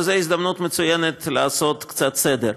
וזו הזדמנות מצוינת לעשות קצת סדר.